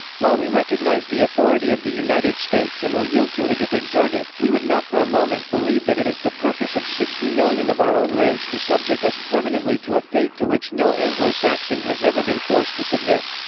while we recognize the authority of the united states and will yield to it if exerted, we would not for a moment believe that it is the purpose of sixty million of our own race to subject us permanently to a fate to which no anglo-saxon has ever been forced to submit.